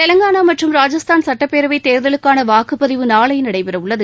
தெலங்கானா மற்றும் ராஜஸ்தான் சட்டப்பேரவைத் தேர்தலுக்கான வாக்குப்பதிவு நாளை நடைபெறவுள்ளது